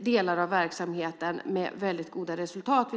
delar av verksamheten med väldigt goda resultat.